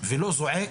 ולא זועק: